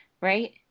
right